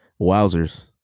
Wowzers